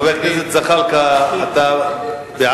חבר הכנסת זחאלקה, אתה בעד?